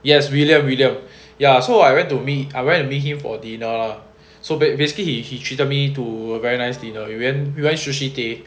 yes william william ya so I went to meet I went to meet him for dinner lah so ba~ basically he he treated me to very nice dinner we went we went Sushi Tei